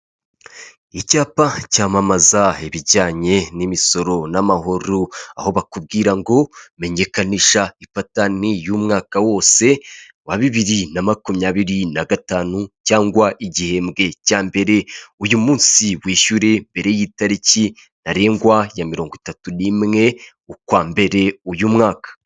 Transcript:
Icyapa cyamamaza ibijyanye n'imisoro n'amahoro, aho bakubwira ngo menyekanisha ipatante y'umwaka wose wa bibiri na makumyabiri nagatanu cyangwa igihembwe cya mbere, uyu munsi wishyure mbere y'itariki ntarengwa ya mirongo itatu n'imwe, ukwa mbere uyu mwaka.